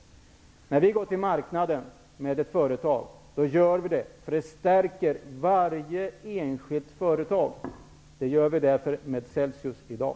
När vi går till marknaden med ett företag gör vi det därför att det stärker det enskilda företaget. Det gör vi därför med Celsius i dag.